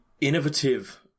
innovative